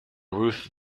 ruth